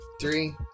three